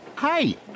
Hey